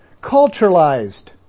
culturalized